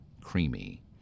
creamy